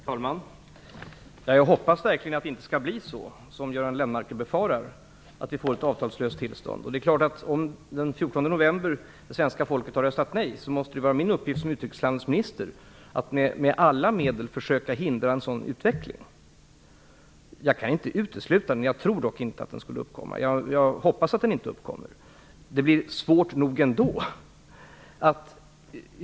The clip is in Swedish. Herr talman! Jag hoppas verkligen att det inte skall bli som Göran Lennmarker befarar, dvs. att vi får ett avtalslöst tillstånd. Om det den 14 november visar sig att svenska folket har röstat nej måste det vara min uppgift som utrikeshandelsminister att med alla medel försöka förhindra en sådan utveckling. Jag kan inte utesluta den, men jag tror dock inte att den skulle uppkomma. Jag hoppas att den inte uppkommer. Det blir svårt nog ändå.